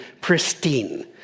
pristine